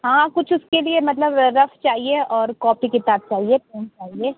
हाँ कुछ इसके लिए मतलब रफ चाहिए और कॉपी किताब चाहिए पेन चाहिए